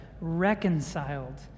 reconciled